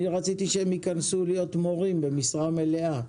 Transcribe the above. אני רציתי שהם ייכנסו להיות מורים במשרה מלאה,